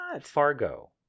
Fargo